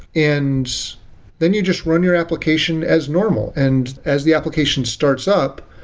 and then you just run your application as normal. and as the application starts up,